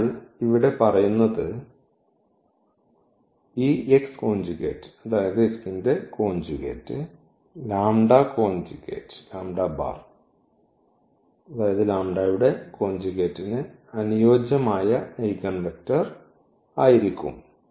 അതിനാൽ ഇവിടെ പറയുന്നത് ഈ അതായത് x ന്റെ കോഞ്ചുഗേറ്റ് അതായത് യുടെ കോഞ്ചുഗേറ്റ്ന് അനുയോജ്യമായ ഐഗൺവെക്റ്റർ ആയിരിക്കും